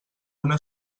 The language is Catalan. una